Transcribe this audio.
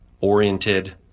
oriented